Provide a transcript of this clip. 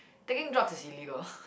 taking drugs is illegal